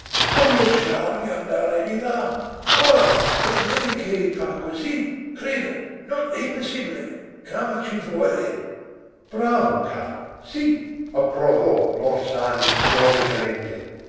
vuol lasciarmi andare di là qua con lei che fa così creda non è possibile calma ci vuole bravo carlo sì approvò l'orsani ironicamente